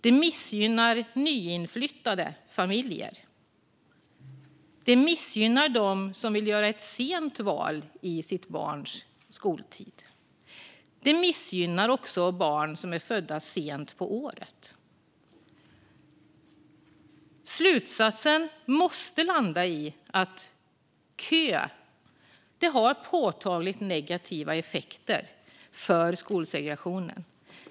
Det missgynnar nyinflyttade familjer. Det missgynnar dem som vill göra ett sent val under sitt barns skoltid. Det missgynnar också barn som är födda sent på året. Slutsatsen måste landa i att kö har påtagligt negativa effekter för skolsegregationen.